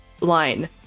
line